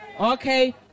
okay